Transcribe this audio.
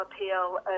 appeal